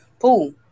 pool